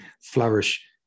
flourish